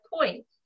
points